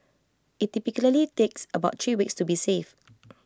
IT typically takes about three weeks to be safe